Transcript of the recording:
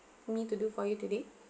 me to do for you today